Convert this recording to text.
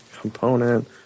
Component